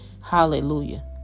hallelujah